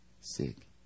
sick